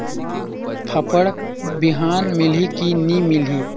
फाफण बिहान मिलही की नी मिलही?